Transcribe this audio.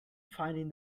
finding